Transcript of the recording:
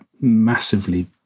massively